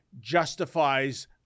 justifies